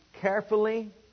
carefully